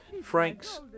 Franks